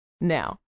Now